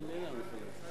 מי נאם לפני?